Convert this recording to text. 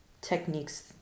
techniques